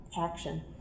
action